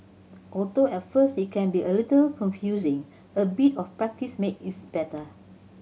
although at first it can be a little confusing a bit of practice makes it better